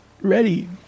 ready